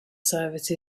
service